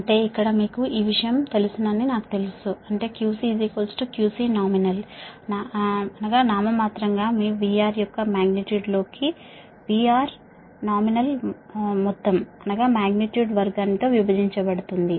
అంటే ఇక్కడ మీకు ఈ విషయం మీకు తెలుసని నాకు తెలుసు అంటే QC QCnominal మీ VR యొక్క మాగ్నిట్యూడ్ నామినల్ VR మాగ్నిట్యూడ్ వర్గం ద్వారా విభజించబడింది